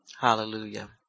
Hallelujah